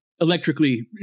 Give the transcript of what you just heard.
Electrically